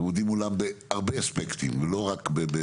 הם עובדים מולם בהרבה אספקטים, לא רק.